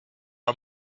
are